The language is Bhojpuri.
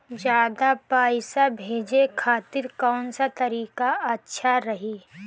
ज्यादा पईसा भेजे खातिर कौन सा तरीका अच्छा रही?